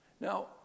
Now